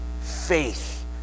faith